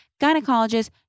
gynecologists